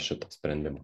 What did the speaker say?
šito sprendimo